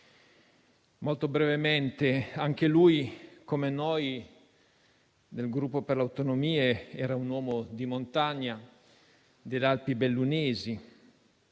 Molto brevemente, anche lui, come noi del Gruppo per le Autonomie, era un uomo di montagna, un fiero